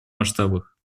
масштабах